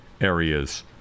areas